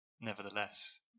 nevertheless